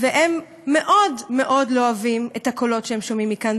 והם מאוד מאוד לא אוהבים את הקולות שהם שומעים מכאן.